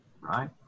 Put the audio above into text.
Right